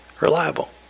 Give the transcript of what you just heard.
reliable